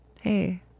hey